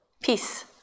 peace